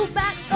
back